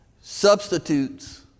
substitutes